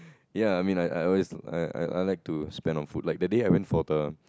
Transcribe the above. ya I mean like I always I I I like to spend on food like that day I went for the